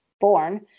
born